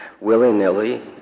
willy-nilly